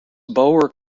boer